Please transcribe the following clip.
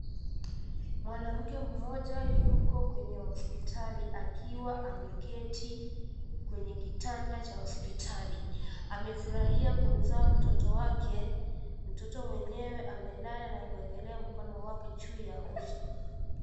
Mwanamke mmoja yuko kwenye hospitali, akiwa ameketi kwenye kitanda cha hospitali. Amefurahia kumzaa mtoto wake. Mtoto mwenyewe amelala na kuwekelea mkono wake juu ya uso.